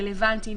רלוונטי,